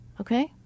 Okay